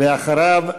ואחריו,